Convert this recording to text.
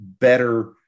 better